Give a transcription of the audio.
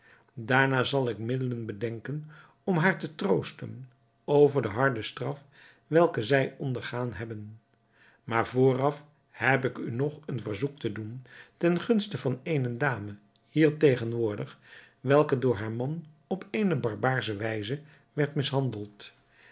daarna zal ik middelen bedenken om haar te troosten over de harde straf welke zij ondergaan hebben maar vooraf heb ik u nog een verzoek te doen ten gunste van eene dame hier tegenwoordig welke door haar man op eene barbaarsche wijze werd mishandeld